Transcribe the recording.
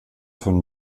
von